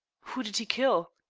who did he kill?